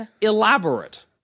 elaborate